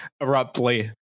abruptly